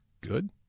good